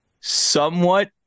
somewhat